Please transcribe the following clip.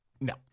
No